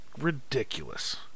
ridiculous